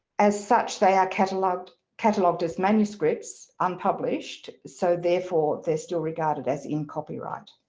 as such they are catalogued, catalogued as manuscripts, unpublished. so therefore they're still regarded as in copyright.